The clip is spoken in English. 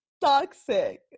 toxic